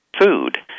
food